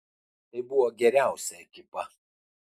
tai buvo geriausia ekipa